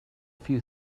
few